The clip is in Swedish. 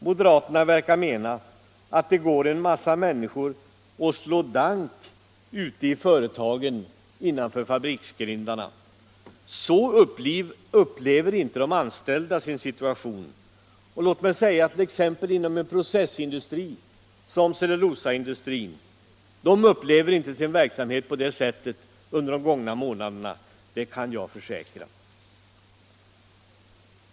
Moderaterna verkar mena att det går en massa människor och slår dank ute i företagen, innanför fabriksgrindarna. Så upplever inte de anställda sin situation. T. ex. inom en processindustri som cellulosaindustrin har inte verksamheten under de gångna månaderna upplevts på det sättet. Det kan jag försäkra.